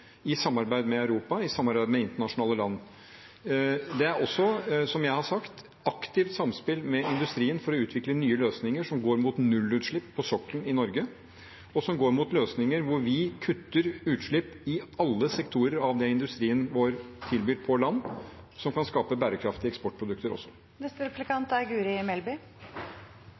i samarbeid med Europa, i samarbeid med land internasjonalt. Det er også, som jeg har sagt, et aktivt samspill med industrien for å utvikle nye løsninger som går mot nullutslipp på sokkelen i Norge, og som går mot løsninger hvor vi kutter utslipp i alle sektorer av det industrien vår tilbyr på land, noe som også kan skape bærekraftige eksportprodukter.